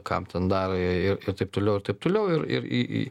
kam ten dar i ir ir taip toliau ir taip toliau ir ir į į